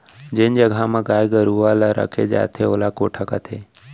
जेन जघा म गाय गरूवा ल रखे जाथे ओला कोठा कथें